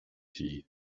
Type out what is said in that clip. tea